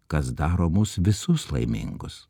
kas daro mus visus laimingus